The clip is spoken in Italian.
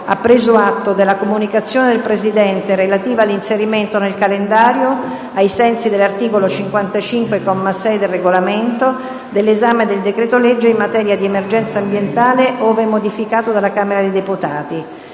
ha preso atto della comunicazione del Presidente relativa all'inserimento nel calendario, ai sensi dell'articolo 55, comma 6, del Regolamento, dell'esame del decreto-legge in materia di emergenza ambientale, ove modificato dalla Camera dei deputati.